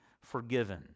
forgiven